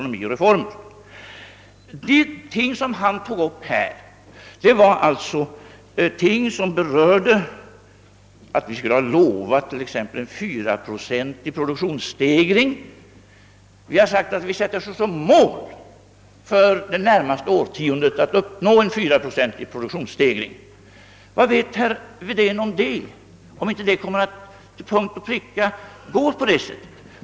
Herr Wedén sade bl.a. att vi skulle ha lovat en 4-procentig produktionsstegring. Men vad vi sagt är att vi sätter som mål för det närmaste årtiondet att uppnå en 4-procentig produktionsstegring. Vad vet herr Wedén om det — om det inte till punkt och pricka kommer att gå på det sättet?